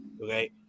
Okay